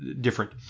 different